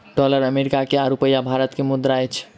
dollar America के आ रूपया भारत के मुद्रा अछि